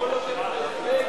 חבר הכנסת אפללו,